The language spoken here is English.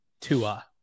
Tua